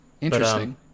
interesting